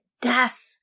death